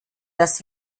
das